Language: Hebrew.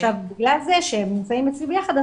בגלל זה שהם נמצאים ביחד,